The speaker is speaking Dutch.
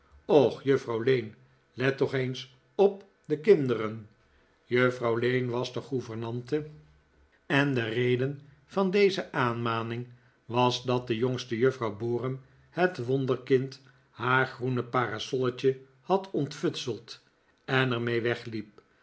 och juffrouw lane let toch eens op de kinderen juffrouw lane was de gouvernante en de reden van deze aanmaning was dat de jongste juffrouw borum het wonderkind haar groene parasolletje had ontfutseld en er mee wegliep